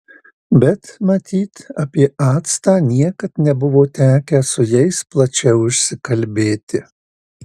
bet matyt apie actą niekad nebuvo tekę su jais plačiau išsikalbėti